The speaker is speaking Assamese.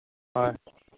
হয়